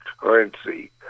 currency